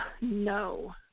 No